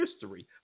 history